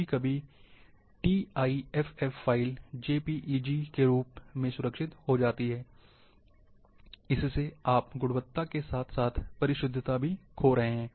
कभी कभी T I F F file J P E G के रूप सुरक्षित हो जाती है इससे आप गुणवत्ता के साथ साथ परिशुद्धता भी खो रहे हैं